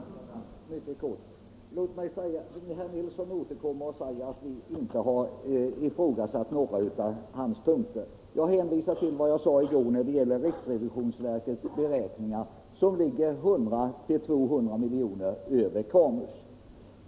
Herr talman! Jag skall fatta mig mycket kort. Herr Nilsson i Tvärålund upprepar att vi inte har ifrågasatt några av hans punkter. Jag hänvisar till vad jag sade i går när det gäller riksrevisionsverkets beräkningar, som ligger 100-200 miljoner över KAMU.